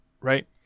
right